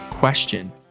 Question